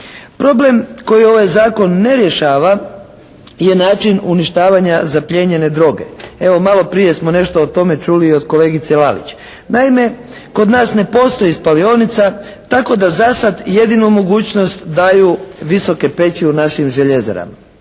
Problem koji ovaj zakon ne rješava je način uništavanja zaplijenjene droge. Evo maloprije smo nešto o tome čuli i od kolegice Lalić. Naime, kod nas ne postoji spalionica tako da zasada jedinu mogućnost daju visoke peći u našim željezarama.